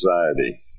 anxiety